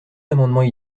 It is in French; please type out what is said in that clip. amendements